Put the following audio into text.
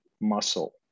muscle